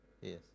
Yes